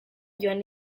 joan